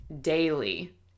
daily